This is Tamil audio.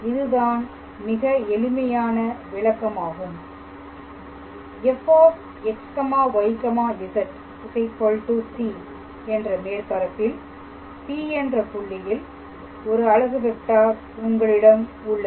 இதுதான் மிக எளிமையான விளக்கமாகும் fxyz c என்ற மேற்பரப்பில் P என்ற புள்ளியில் ஒரு அலகு வெக்டார் உங்களிடம் உள்ளது